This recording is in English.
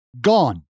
gone